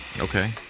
okay